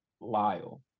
lyle